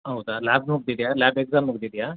ಹೌದಾ ಲ್ಯಾಬ್ ಮುಗ್ದಿದೆಯಾ lab exam ಮುಗ್ದಿದೆಯಾ